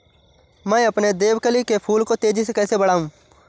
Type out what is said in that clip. मैं अपने देवकली के फूल को तेजी से कैसे बढाऊं?